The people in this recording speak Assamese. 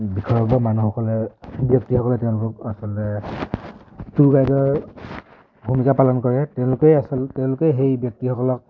বিষয়ববীয়া মানুহসকলে ব্যক্তিসকলে তেওঁলোকক আচলতে টুৰ গাইডৰ ভূমিকা পালন কৰে তেওঁলোকেই আচল তেওঁলোকেই সেই ব্যক্তিসকলক